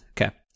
Okay